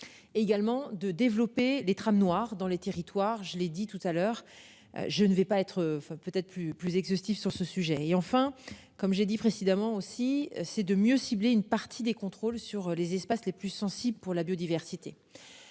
Et également, de développer les trams noirs dans les territoires. Je l'ai dit tout à l'heure. Je ne vais pas être enfin peut être plus plus exhaustif sur ce sujet et enfin comme j'ai dit précédemment aussi c'est de mieux cibler une partie des contrôles sur les espaces les plus sensibles pour la biodiversité